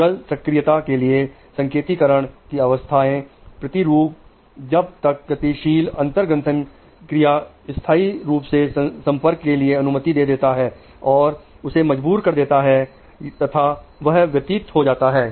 neural सक्रियता के लिए संकेती कर्ण की अवस्थाएं प्रतिरूप जब तक गतिशील अंतर ग्रंथन क्रिया स्थाई रूप से संपर्क के लिए अनुमति दे देता है और उसे मजबूत कर देता है तथा वह व्यतीत हो जाता है